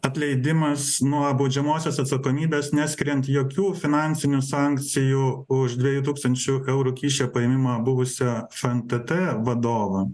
atleidimas nuo baudžiamosios atsakomybės neskiriant jokių finansinių sankcijų už dviejų tūkstančių eurų kyšio paėmimą buvusio fntt vadovo